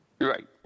Right